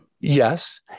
Yes